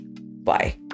bye